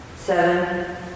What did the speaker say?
Seven